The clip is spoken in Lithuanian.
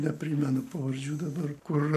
neprimenu pavardžių dabar kur